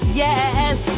yes